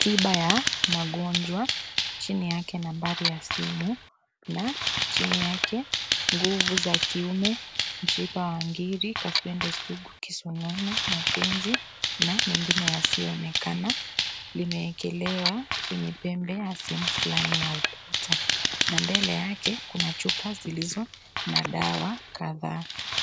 tiba ya magonjwa chini yake nambari ya simu na chini yake nguvu za kiume, mshipa wa ngiri, kaswende sugu, kisonono mapenzi na mengine yasiyoonekana limewekelewa kwenye pembe asili fulani ya ukuta na mbele yake kuna chupa zilizo na dawa kadhaa.